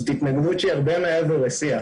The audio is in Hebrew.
זאת התנגדות שהיא הרבה מעבר לשיח,